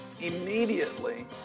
immediately